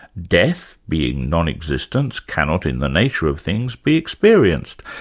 death being non-existent, cannot in the nature of things be experienced,